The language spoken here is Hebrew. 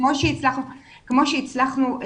כמו שהצלחנו,